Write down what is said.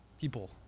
people